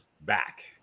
back